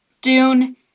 Dune